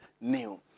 new